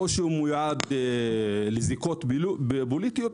אם הוא מיועד לזיקות פוליטיות,